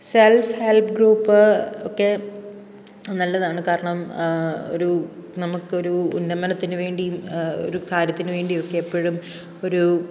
self help group ഒക്കെ നല്ലതാണ് കാരണം ഒരു നമുക്കൊരു ഉന്നമനത്തിന് വേണ്ടി ഒരു കാര്യത്തിന് വേണ്ടിയൊക്കെ എപ്പോഴും ഒരു